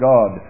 God